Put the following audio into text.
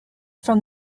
from